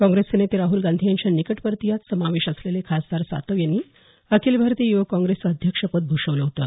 काँग्रेसचे नेते राहूल गांधी यांच्या निकटवर्तीयात समावेश असलेले खासदास सातव यांनी अखिल भारतीय युवक काँग्रेसचं अध्यक्षपद भूषवलं होतं